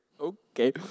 Okay